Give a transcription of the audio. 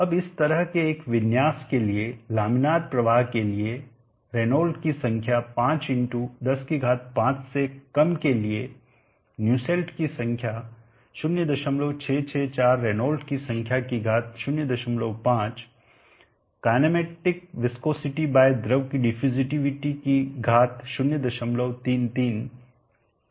अब इस तरह के एक विन्यास के लिए लामिनार प्रवाह के लिए रेनॉल्ड की संख्या 5105 से कम के लिए न्यूसेल्ट की संख्या 0664 रेनॉल्ड संख्या की घात 05 काइनेमैटिक विस्कोसिटी बाय द्रव की डिफ्यूजिविटी की घात 033 है